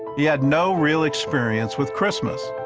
he had no real experience with christmas.